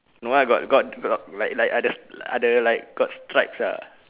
no uh got got got like like others like other like got stripes uh